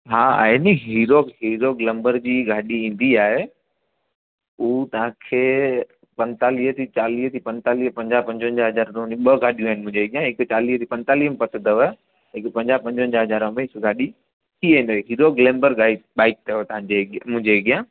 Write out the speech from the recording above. हा आहे नी हीरो ग्लंबर जी गाॾी ईंदी आहे उहो तव्हांखे पंजतालीह जी चालीह जी पंजतालीह पंजाह पंजवंजाह हज़ार थो नि ॿ गाॾियूं आहिनि मुंहिंजे हितां हिकु चालीह जी पंजतालीह में पकु अथव हिकु पंजाह पंजवंजाह हज़ार में गाॾी थी वेंदव हीरो ग्लंबर गाइक बाइक अथव तव्हांजे अग मुंहिंजे अॻियां